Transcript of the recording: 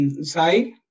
Sai